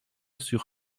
sur